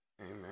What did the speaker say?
Amen